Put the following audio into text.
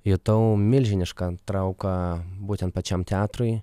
jutau milžinišką trauką būtent pačiam teatrui